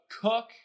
cook